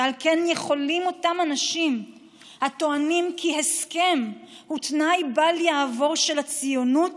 ועל כן יכולים אותם אנשים הטוענים כי הסכם הוא תנאי בל יעבור של הציונות